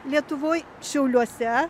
lietuvoj šiauliuose